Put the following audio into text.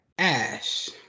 Ash